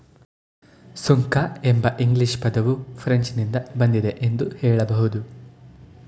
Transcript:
ಸುಂಕ ಎಂಬ ಇಂಗ್ಲಿಷ್ ಪದವು ಫ್ರೆಂಚ್ ನಿಂದ ಬಂದಿದೆ ಎಂದು ಹೇಳಬಹುದು